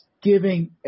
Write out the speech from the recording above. giving